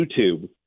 YouTube